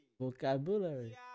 Vocabulary